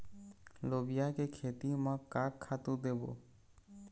लोबिया के खेती म का खातू देबो?